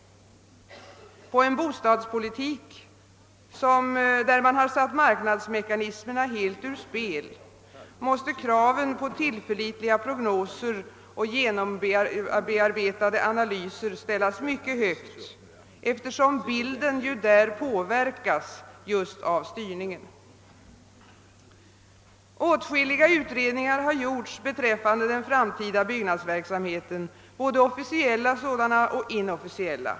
På en bostadspolitik, där marknadsmekanismerna helt har satts ur spel, måste kraven på tillförlitliga prognoser och genomarbetade analyser ställas mycket högt eftersom bilden ju där påverkas just av styrningen. Åtskilliga utredningar har gjorts beträffande den framtida byggnadsverksamheten, både officiella och inofficiella.